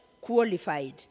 qualified